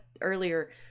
earlier